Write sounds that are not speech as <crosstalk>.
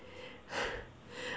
<laughs>